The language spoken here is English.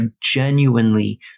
genuinely